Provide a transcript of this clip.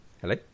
Hello